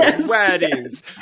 weddings